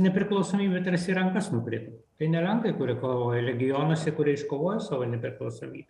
nepriklausomybė tarsi į rankas nukrito tai ne lenkai kurie kovojo legionuose kurie iškovojo savo nepriklausomybę